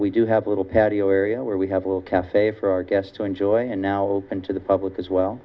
we do have a little patio area where we have a little cafe for our guests to enjoy and now open to the public as well